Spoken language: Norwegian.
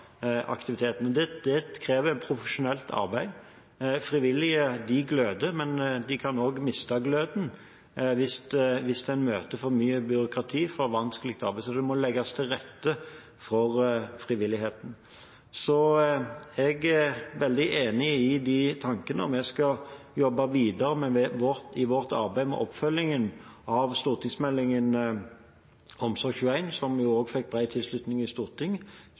Det krever profesjonelt arbeid. De frivillige gløder, men de kan også miste gløden hvis man møter for mye byråkrati og for vanskelig arbeid, så det må legges til rette for frivilligheten. Jeg er veldig enig i de tankene, og vi skal jobbe videre med oppfølgingen av stortingsmeldingen og HelseOmsorg21, som også fikk bred oppslutning i Stortinget, med å forbedre dette i tjenesten i